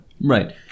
Right